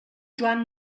joan